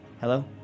Hello